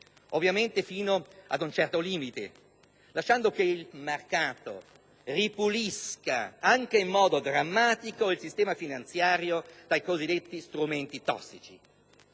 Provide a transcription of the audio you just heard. ovviamente fino ad un certo limite, lasciando che il mercato ripulisca, anche in modo drammatico, il sistema finanziario dai cosiddetti strumenti tossici.